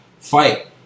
fight